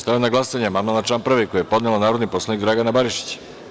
Stavljam na glasanje amandman na član 2. koji je podnela narodni poslanik Dragana Barišić.